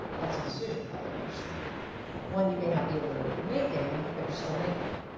that's a decision by the way so one you may not be aware that you are making but you are still making it.